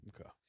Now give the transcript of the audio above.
Okay